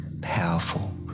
powerful